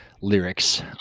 lyrics